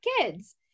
kids